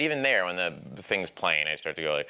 even there, when the the thing's playing i start to go like